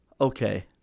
okay